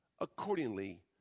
accordingly